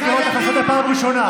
אני קורא אותך לסדר פעם ראשונה.